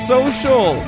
Social